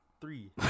Three